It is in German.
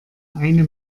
eine